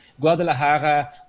Guadalajara